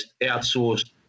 outsourced